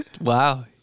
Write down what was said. wow